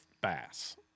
bass